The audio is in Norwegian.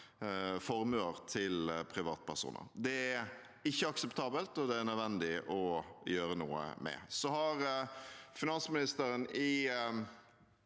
formuer til privatpersoner. Det er ikke akseptabelt, og det er nødvendig å gjøre noe med. Finansministeren